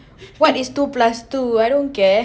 what is two plus two I don't care